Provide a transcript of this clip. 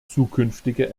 zukünftige